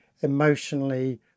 emotionally